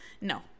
no